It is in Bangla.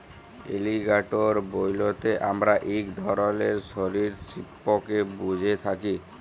এলিগ্যাটোর বইলতে আমরা ইক ধরলের সরীসৃপকে ব্যুঝে থ্যাকি